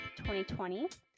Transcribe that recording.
2020